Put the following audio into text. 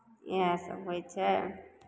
इएहसब होइ छै